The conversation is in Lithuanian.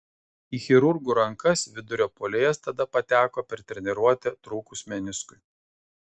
į chirurgų rankas vidurio puolėjas tada pateko per treniruotę trūkus meniskui